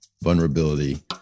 vulnerability